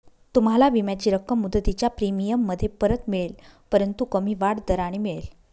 तुम्हाला विम्याची रक्कम मुदतीच्या प्रीमियममध्ये परत मिळेल परंतु कमी वाढ दराने मिळेल